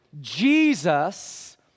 Jesus